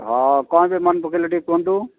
ହଁ କ'ଣ ପାଇଁ ମନେପକାଇଲେ ଟିକିଏ କୁହନ୍ତୁ